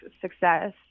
success